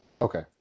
Okay